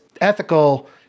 ethical